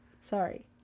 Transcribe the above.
Sorry